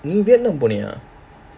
நீ:nee vietnam போனியா:poniyaa